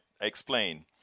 Explain